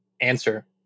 answer